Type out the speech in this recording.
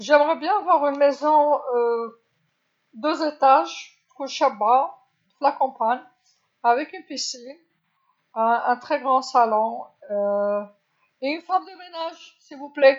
أريد بيت ذو طابقين تكون شابة في الريف مع مسبح وغرفة معيشة كبيرة وعاملة نظافة من فضلك.